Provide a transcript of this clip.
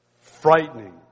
frightening